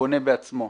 שבונה בעצמו.